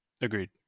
agreed